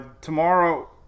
tomorrow